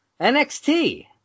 NXT